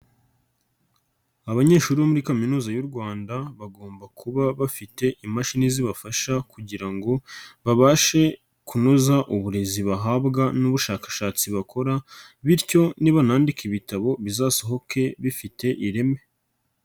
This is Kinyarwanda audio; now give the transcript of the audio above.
Abanyeshuri bo muri Kaminuza y'u Rwanda bagomba kuba bafite imashini zibafasha kugira ngo babashe kunoza uburezi bahabwa n'ubushakashatsi bakora bityo nibanandika ibitabo bizasohoke bifite ireme.